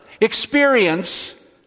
experience